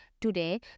Today